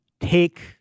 take